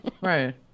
Right